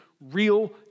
real